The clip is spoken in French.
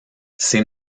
ces